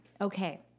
Okay